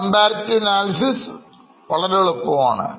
Comparative Analysis വളരെ എളുപ്പം ആണ്